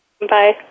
Bye